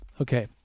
Okay